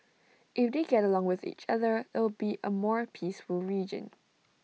if they get along with each other it'll be A more peaceful region